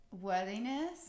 worthiness